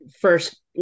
first